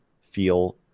feel